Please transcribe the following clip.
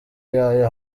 yayo